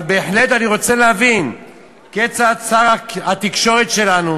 אבל בהחלט אני רוצה להבין כיצד שר התקשורת שלנו